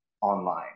online